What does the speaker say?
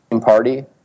party